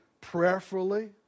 prayerfully